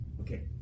Okay